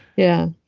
yeah.